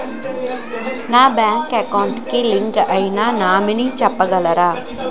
నా bank account కి link అయినా నామినీ చెప్పగలరా?